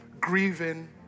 grieving